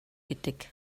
гэдэг